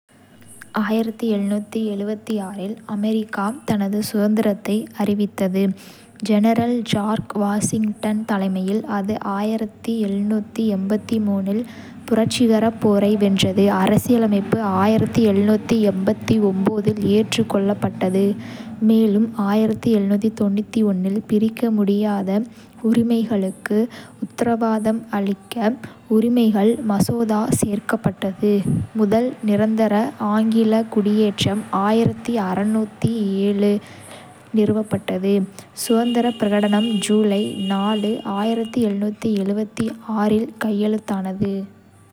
இல், America தனது சுதந்திரத்தை அறிவித்தது. ஜெனரல் ஜார்ஜ் வாஷிங்டன் தலைமையில், அது இல் புரட்சிகரப் போரை வென்றது. அரசியலமைப்பு இல் ஏற்றுக்கொள்ளப்பட்டது, மேலும் 1791 இல் பிரிக்க முடியாத உரிமைகளுக்கு உத்தரவாதம் அளிக்க உரிமைகள் மசோதா சேர்க்கப்பட்டது. முதல் நிரந்தர ஆங்கில குடியேற்றம் இல் நிறுவப்பட்டது. சுதந்திரப் பிரகடனம் ஜூலை இல் கையெழுத்தானது